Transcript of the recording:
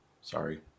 Sorry